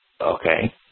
Okay